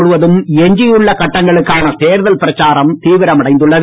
முழுவதும் எஞ்சியுள்ள கட்டங்களுக்கான தேர்தல் பிரச்சாரம் தீவிரமடைந்துள்ளது